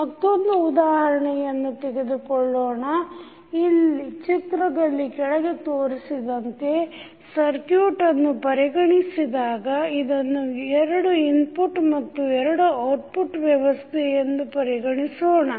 ಮತ್ತೊಂದು ಉದಾಹರಣೆಯನ್ನು ತೆಗೆದುಕೊಳ್ಳೋಣ ಚಿತ್ರದಲ್ಲಿ ಕೆಳಗೆ ತೋರಿಸಿದಂತೆ ಸರ್ಕ್ಯೂಟ್ ಅನ್ನು ಪರಿಗಣಿಸಿದಾಗ ಇದನ್ನು ಎರಡು ಇನ್ಪುಟ್ ಮತ್ತು ಎರಡು ಔಟ್ಪುಟ್ ವ್ಯವಸ್ಥೆ ಎಂದು ಪರಿಗಣಿಸೋಣ